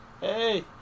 Hey